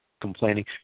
complaining